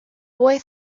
boy